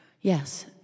Yes